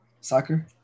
Soccer